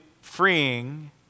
freeing